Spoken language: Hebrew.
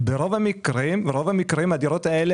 שלו למקום אחר,